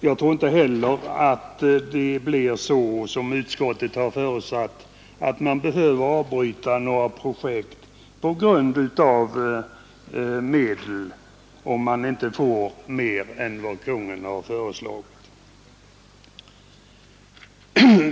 Jag tror inte att man, som utskottet har förutsatt, behöver avbryta några projekt på grund av brist på medel, om man inte får mer än vad som föreslagits av Kungl. Maj:t.